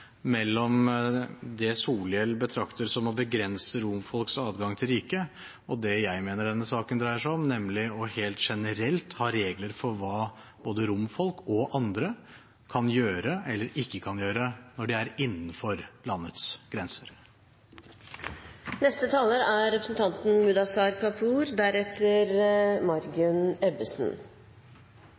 mellom det Solhjell betrakter som å begrense romfolks adgang til riket og det jeg mener denne saken dreier seg om, nemlig helt generelt å ha regler for hva både romfolk og andre kan gjøre eller ikke kan gjøre når de er innenfor landets grenser. Årsakene til at mennesker ser seg nødt til å tigge, er